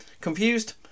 Confused